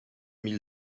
mille